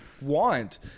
want